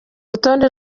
rutonde